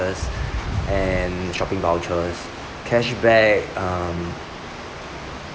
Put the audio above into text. and shopping vouchers cashback um